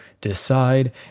decide